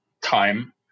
time